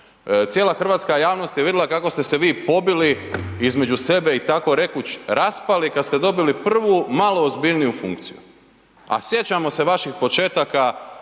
cijela hrvatska javnost je vidjela kako ste se vi pobili između sebe i tako rekoč raspali kada ste dobili prvu malo ozbiljniju funkciju. A sjećamo se vaših početaka,